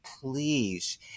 Please